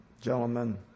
gentlemen